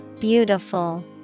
Beautiful